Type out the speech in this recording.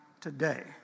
today